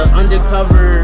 undercover